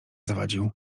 zawadził